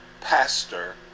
pastor